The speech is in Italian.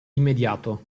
immediato